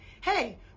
hey